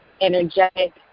energetic